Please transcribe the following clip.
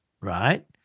right